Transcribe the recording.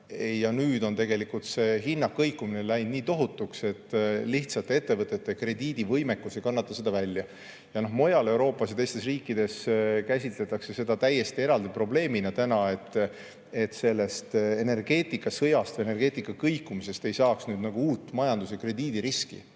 Ja nüüd on tegelikult hindade kõikumine läinud nii tohutuks, et lihtsalt ettevõtete krediidivõimekus ei kannata seda välja. Mujal Euroopas ja teisteski riikides käsitletakse seda täiesti eraldi probleemina täna, et sellest energeetikasõjast või energia[hindade] kõikumisest ei saaks uut majandus‑ ja krediidiriski